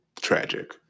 tragic